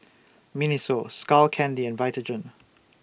Miniso Skull Candy and Vitagen